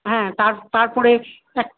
হ্যাঁ তার তারপরে এক